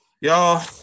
y'all